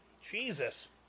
Jesus